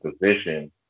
position